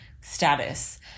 status